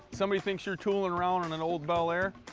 somebody thinks you're tooling around in an old bel air,